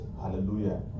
Hallelujah